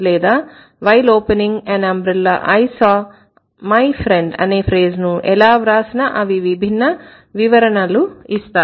లేదా while opening an umbrella I saw my friend అనే phrase ను ఎలా వ్రాసినా అవి విభిన్న వివరణలు ఇస్తాయి